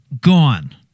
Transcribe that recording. gone